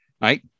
right